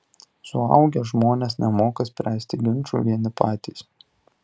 suaugę žmonės nemoka spręsti ginčų vieni patys